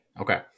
Okay